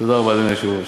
תודה רבה, אדוני היושב-ראש.